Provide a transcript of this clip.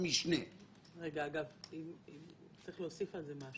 צריך להעמיד את הדברים על דיוקם.